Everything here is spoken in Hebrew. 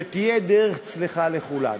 שתהיה דרך צלחה לכולנו.